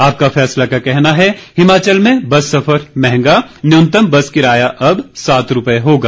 आपका फैसला का कहना है हिमाचल में बस सफर महंगा न्यूनतम बस किराया अब सात रूपए होगा